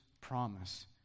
promise